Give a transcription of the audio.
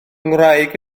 ngwraig